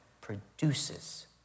produces